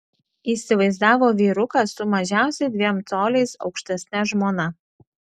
įsivaizdavo vyruką su mažiausiai dviem coliais aukštesne žmona